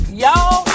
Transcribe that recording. Y'all